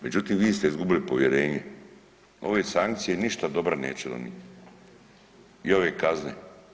Međutim vi ste izgubili povjerenje, ove sankcije ništa dobra neće donijeti i ove kazne.